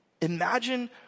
Imagine